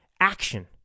action